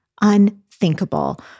unthinkable